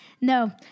no